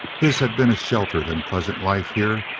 his had been a sheltered and pleasant life here,